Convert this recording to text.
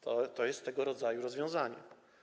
To jest tego rodzaju rozwiązanie.